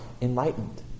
enlightened